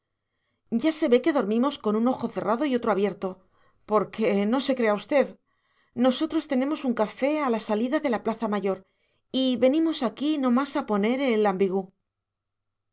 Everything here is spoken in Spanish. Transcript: ya se ve que dormimos con un ojo cerrado y otro abierto porque no se crea usted nosotros tenemos un café a la salida de la plaza mayor y venimos aquí no más a poner el ambigú